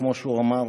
כמו שהוא אמר,